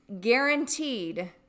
guaranteed